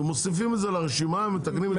שמוסיפים את זה לרשימה ומתקנים.